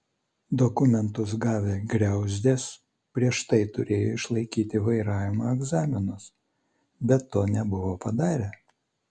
dokumentus gavę griauzdės prieš tai turėjo išlaikyti vairavimo egzaminus bet to nebuvo padarę